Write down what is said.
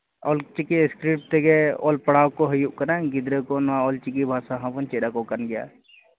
ᱚᱞ Chiki script ᱛᱮᱜᱮ ᱚᱞ ᱯᱟᱲᱦᱟᱣ ᱠᱚ ᱦᱩᱭᱩᱜ ᱠᱟᱱᱟ ᱜᱤᱫᱽᱨᱟᱹᱠᱚ ᱱᱚᱣᱟ ᱚᱞ ᱪᱤᱠᱤ ᱵᱷᱟᱥᱟ ᱦᱚᱸᱵᱚᱱ ᱪᱮᱫ ᱟᱠᱚ ᱠᱟᱱ ᱜᱮᱭᱟ